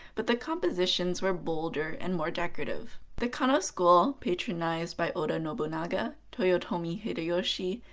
but the compositions were bolder and more decorative. the kano school, patronized by oda nobunaga, toyotomi hideyoshi,